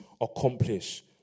accomplish